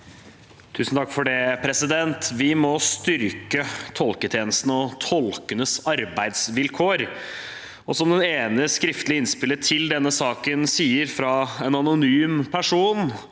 Lund (R) Vi må styrke tolketjenesten og tolkenes arbeidsvilkår. Som det ene skriftlige innspillet til denne saken sier – fra en anonym person: